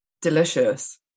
delicious